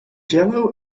yellow